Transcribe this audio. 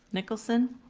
nicholson?